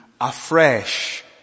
afresh